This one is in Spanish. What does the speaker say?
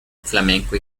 flamenco